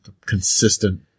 consistent